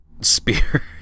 spear